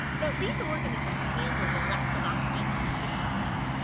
now these organisms handle the lack of oxygen in different ways.